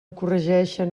corregeixen